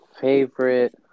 favorite